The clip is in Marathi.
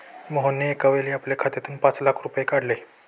मोहनने एकावेळी आपल्या खात्यातून पाच लाख रुपये काढले